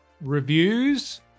Reviews